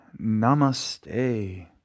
Namaste